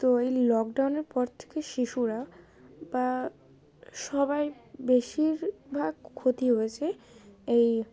তো এই লকডাউনের পর থেকে শিশুরা বা সবাই বেশিরভাগ ক্ষতি হয়েছে এই